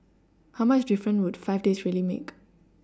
how much difference would five days really make